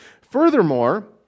Furthermore